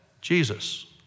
Jesus